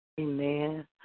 Amen